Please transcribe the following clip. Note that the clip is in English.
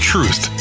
Truth